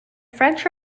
french